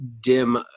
dim